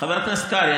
חבר הכנסת קרעי,